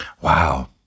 Wow